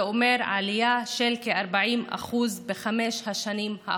זה אומר עלייה של כ-40% בחמש השנים האחרונות.